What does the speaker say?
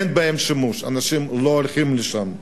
אין בהן שימוש, אנשים לא הולכים לשם.